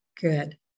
good